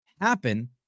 happen